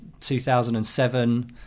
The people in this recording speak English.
2007